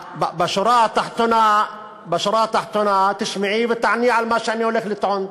בשורה התחתונה תשמעי ותעני על מה שאני הולך לטעון.